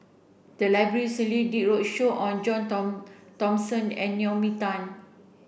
the library recently did a roadshow on John Thomson and Naomi Tan